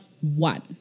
one